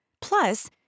Plus